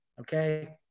Okay